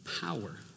power